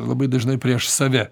labai dažnai prieš save